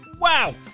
wow